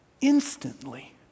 Instantly